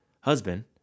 husband